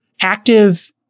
active